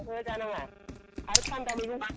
ओहो जानाङा आरो थान्दा मोनलोङा